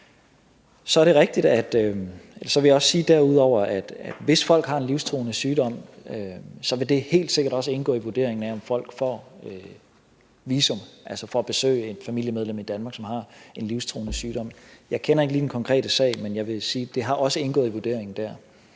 derudover også sige, at hvis folk har en livstruende sygdom, vil det helt sikkert også indgå i vurderingen af, om folk får visum, altså for at besøge et familiemedlem i Danmark, som har en livstruende sygdom. Jeg kender ikke lige den konkrete sag, men jeg vil sige, at det også har indgået i vurderingen der.